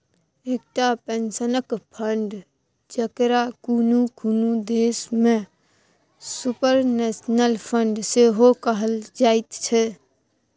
एकटा पेंशनक फंड, जकरा कुनु कुनु देश में सुपरनेशन फंड सेहो कहल जाइत छै